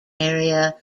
area